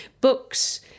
Books